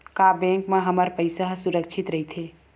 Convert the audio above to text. का बैंक म हमर पईसा ह सुरक्षित राइथे?